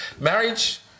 Marriage